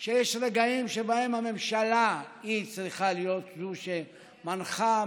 שיש רגעים שבהם הממשלה צריכה להיות זו שמנחה,